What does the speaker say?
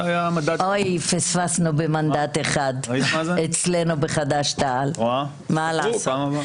פספסנו במנדט אחד אצלנו בחד"ש-תע"ל, מה לעשות.